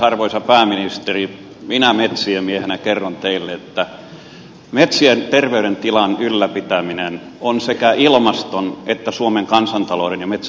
arvoisa pääministeri minä metsien miehenä kerron teille että metsien terveydentilan ylläpitäminen on sekä ilmaston että suomen kansantalouden ja metsäklusterin etu